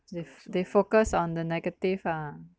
they f~ they focus on the negative ah